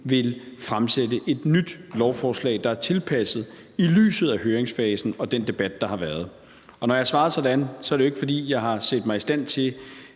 vil fremsætte et nyt lovforslag, der er tilpasset i lyset af høringsfasen og den debat, der har været. Når jeg har svaret sådan, er det, fordi jeg ikke har set mig i stand til